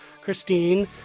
Christine